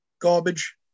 Garbage